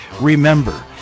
Remember